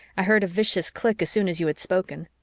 i heard a vicious click as soon as you had spoken.